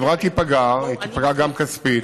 החברה תיפגע, היא תיפגע גם כספית